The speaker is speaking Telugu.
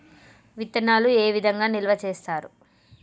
విత్తనాలు ఏ విధంగా నిల్వ చేస్తారు?